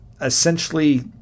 essentially